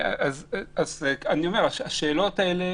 השאלות האלה